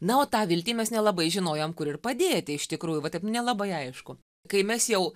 na o tą viltį mes nelabai žinojom kur ir padėti iš tikrųjų va taip nelabai aišku kai mes jau